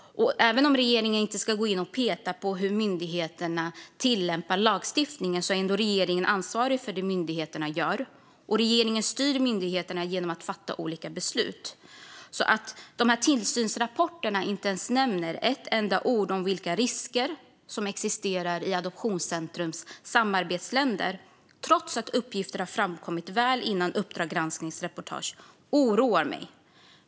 Även om regeringen inte ska gå in och peta i hur myndigheterna tillämpar lagstiftningen är regeringen ändå ansvarig för det myndigheterna gör, och regeringen styr myndigheterna genom att fatta olika beslut. Att tillsynsrapporterna inte nämner ett enda ord om vilka risker som existerar i Adoptionscentrums samarbetsländer, trots att uppgifter har framkommit långt före Uppdrag gransknings reportage, oroar mig därför.